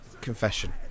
confession